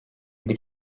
bir